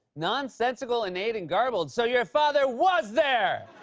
nonsensical, inane, and garbled. so your father was there!